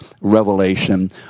revelation